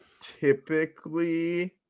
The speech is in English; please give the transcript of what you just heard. typically